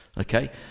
Okay